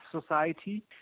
society